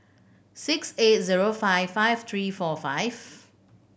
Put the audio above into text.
six eight zero five five three four five